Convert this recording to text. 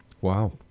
Wow